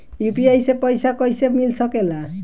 UPI से पइसा कईसे मिल सके ला?